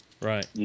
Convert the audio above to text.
Right